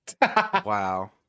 Wow